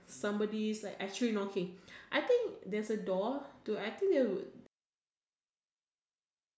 somebody actually knocking I think there's a door I think there was like balcony